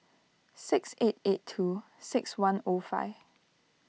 six eight eight two six one O five